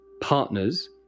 partners